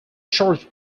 church